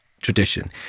tradition